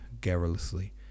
garrulously